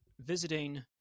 visiting